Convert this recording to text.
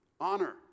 honor